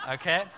okay